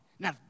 Now